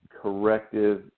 corrective